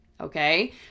Okay